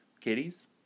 Kitties